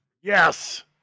yes